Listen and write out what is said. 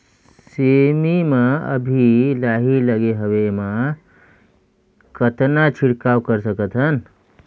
सेमी म अभी लाही लगे हवे एमा कतना छिड़काव कर सकथन?